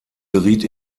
geriet